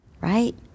Right